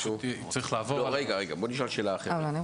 צריך לעבור עליה.